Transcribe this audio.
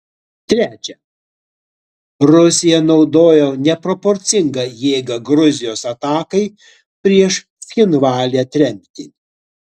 trečia rusija naudojo neproporcingą jėgą gruzijos atakai prieš cchinvalį atremti